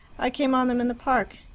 i came on them in the park.